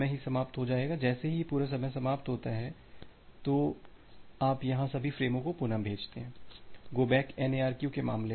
तो जब एक बार 2 के लिए यह समय समाप्त हो जाएगा तो आप यहाँ सभी फ़्रेमों को पुनः भेजते हैं गो बैक N ARQ के मामले में